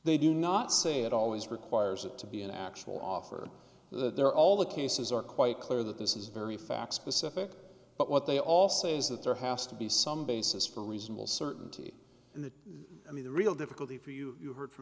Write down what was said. they do not say it always requires it to be an actual offer there all the cases are quite clear that this is very fact specific but what they all say is that there has to be some basis for reasonable certainty in the i mean the real difficulty for you you h